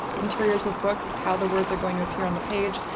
interiors of books, how the words are going to appear on the page.